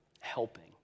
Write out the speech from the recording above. helping